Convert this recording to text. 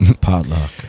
Potluck